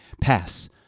Pass